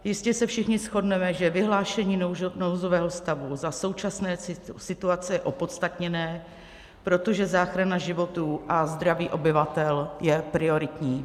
Jistě se všichni shodneme, že vyhlášení nouzového stavu za současné situace je opodstatněné, protože záchrana životů a zdraví obyvatel je prioritní.